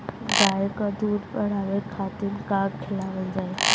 गाय क दूध बढ़ावे खातिन का खेलावल जाय?